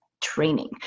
training